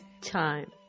time